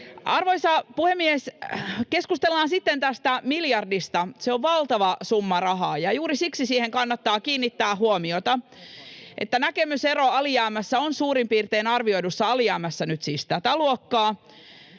Arvoisa puhemies! Keskustellaan sitten tästä miljardista. Se on valtava summa rahaa, ja juuri siksi siihen kannattaa kiinnittää huomiota. Näkemysero arvioidussa alijäämässä on nyt siis suurin